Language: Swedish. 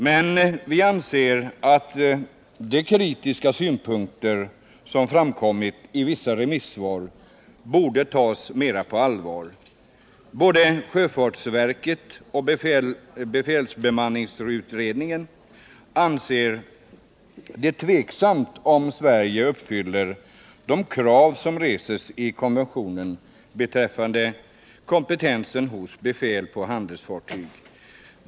Men vi anser att de kritiska synpunkter som framkommit i vissa remissvar borde tas mer på allvar. Både sjöfartsverket och befälsbemanningsutredningen anser det tveksamt om Sverige uppfyller de krav som reses i konventionen beträffande kompetens hos befäl på handelsfartyg.